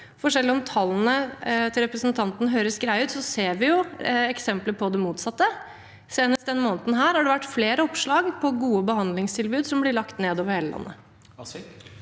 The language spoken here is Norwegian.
selv om tallene til representanten høres greie ut, ser vi eksempler på det motsatte. Senest denne måneden har det vært flere oppslag om gode behandlingstilbud som blir lagt ned over hele landet.